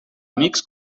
amics